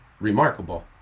remarkable